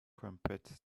crumpets